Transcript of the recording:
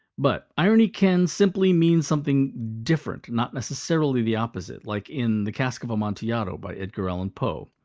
but irony can simply mean something different, not necessarily the opposite. like in the cask of amontillado, by edgar allan poe,